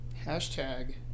Hashtag